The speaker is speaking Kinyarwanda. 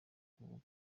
kuvuga